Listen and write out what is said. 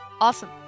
awesome